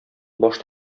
баш